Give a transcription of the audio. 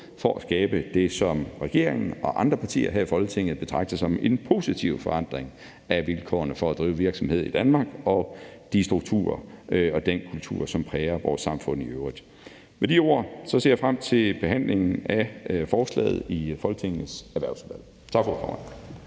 for at skabe det, som regeringen og andre partier her i Folketinget betragter som en positiv forandring af vilkårene for at drive virksomhed i Danmark og de strukturer og den kultur, som præger vores samfund i øvrigt. Med de ord ser jeg frem til behandlingen af forslaget i Folketingets Erhvervsudvalg. Tak for ordet,